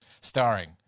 Starring